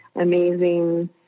amazing